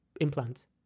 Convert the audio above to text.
implants